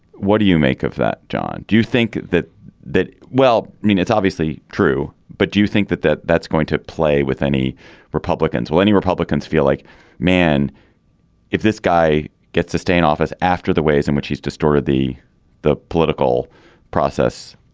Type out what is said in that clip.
what do you make of that john. do you think that that well i mean it's obviously true. but do you think that that that's going to play with any republicans will any republicans feel like man if this guy gets to stay in office after the ways in which he's distorted the the political process